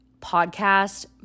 podcast